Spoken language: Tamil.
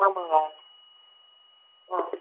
ஆமாங்க ஆ